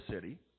city